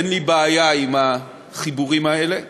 אין לי בעיה עם החיבורים האלה,